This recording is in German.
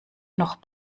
noch